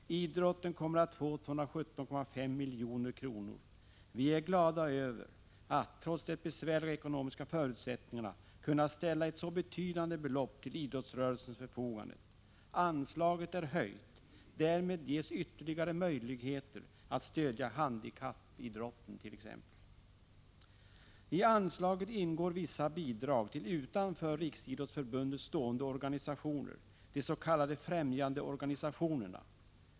Idrotten kommer att få 217,5 milj.kr. Vi är glada över att trots de besvärliga ekonomiska förutsättningarna kunna ställa ett så betydande belopp till idrottsrörelsens förfogande. Anslaget har höjts. Därmed ges Prot. 1985/86:139 ytterligare möjligheter att stödja t.ex. handikappidrotten. 13 maj 1986 I anslaget ingår vissa bidrag till utanför Riksidrottsförbundet stående organisationer, de s.k. främjandeorganisationerna.